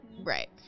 Right